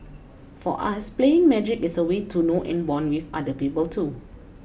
for us playing magic is a way to know and bond with other people too